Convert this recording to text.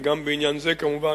וגם בעניין זה, כמובן,